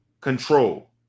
control